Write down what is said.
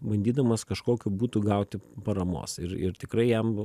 bandydamas kažkokiu būdu gauti paramos ir ir tikrai jam